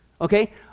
Okay